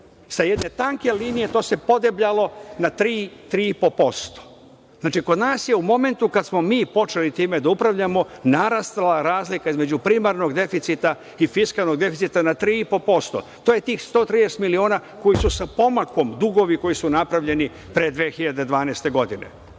Sa jedne tanke linije to se podebljalo na 3-3,5%.Znači, kod nas je u momentu kada smo počeli time da upravljamo narasla razlika između primarnog deficita i fiskalnog deficita na 3,5%. To je tih 130 miliona koji su sa pomakom dugovi koji su napravljeni pre 2012. godine.